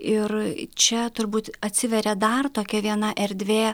ir čia turbūt atsiveria dar tokia viena erdvė